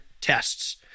tests